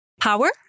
power